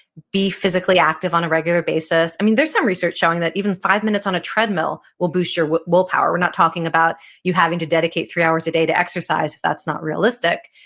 be physically active on a regular basis. i mean, there's some research showing that even five minutes on a treadmill will boost your willpower. we're not talking about you having to dedicate three hours a day to exercise if that's not realistic.